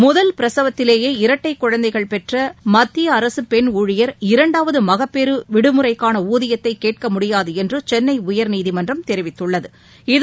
முதல் பிரசவக்திலேயே இரட்டைகுழந்தைகள் பெற்றமத்தியஅரசுபெண் ஊழியர் இரண்டாவதுமகப்பேறுவிடுமுறைக்கானஊதியத்தைகேட்கமுடியாதுஎன்றுசென்னைஉயர்நீதிமன்றம் தெரிவித்துள்ளது